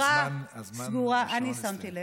חברה סגורה, הזמן, השעון, אני שמתי לב.